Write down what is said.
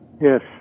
yes